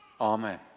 Amen